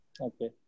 Okay